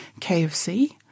KFC